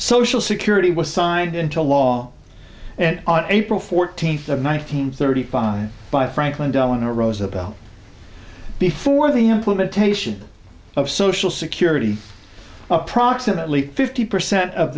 social security was signed into law on april fourteenth of nineteen thirty five by franklin delano roosevelt before the implementation of social security approximately fifty percent of